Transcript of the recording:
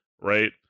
right